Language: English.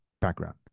background